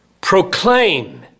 proclaim